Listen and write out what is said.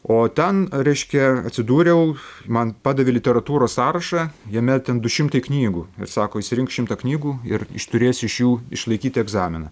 o ten reiškia atsidūriau man padavė literatūros sąrašą jame ten du šimtai knygų sako išsirink šimtą knygų ir iš turėsi iš jų išlaikyti egzaminą